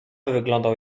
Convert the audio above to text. wyglądał